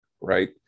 Right